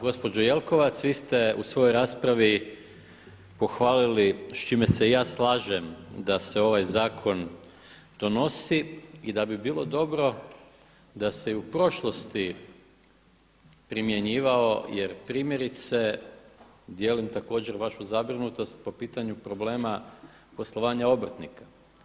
Gospođo Jelkovac, vi ste u svojoj raspravi pohvalili s čime se i ja slažem da se ovaj zakon donosi i da bi bilo dobro da se i u prošlosti primjenjivao jer primjerice dijelim također vašu zabrinutost po pitanju problema poslovanja obrtnika.